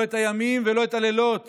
לא את הימים ולא את הלילות